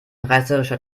reißerischer